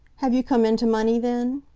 have you come into money, then?